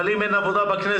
אבל אם אין עבודה בכנסת,